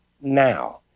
now